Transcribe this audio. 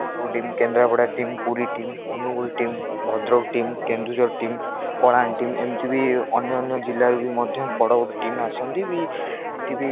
Cuttack team Kendrapara team Puri team Angul team Bhadrak team Keonjhar team Kalahandi team ଏମିତି ବି ଅନ୍ୟ ଅନ୍ୟ ଜିଲ୍ଲାରୁ ବି ମଧ୍ୟ ବଡ଼ ବଡ଼ ଟିମ୍ ଆସନ୍ତି ବି ସେଠି ବି